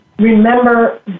remember